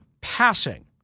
passing